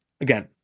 again